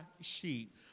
sheep